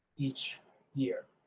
each year,